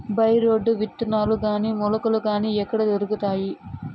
By రోడ్లు విత్తనాలు గాని మొలకలు గాని ఎక్కడ దొరుకుతాయి?